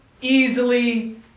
easily